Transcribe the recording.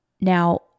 Now